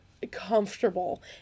comfortable